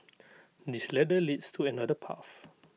this ladder leads to another path